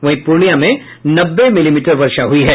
वहीं पूर्णियां में नब्बे मिलीमीटर वर्षा हुई है